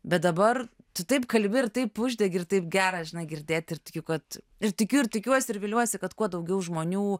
bet dabar tu taip kalbi ir taip uždegi ir taip gera žinai girdėt ir tikiu kad ir tikiu ir tikiuosi ir viliuosi kad kuo daugiau žmonių